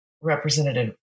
representative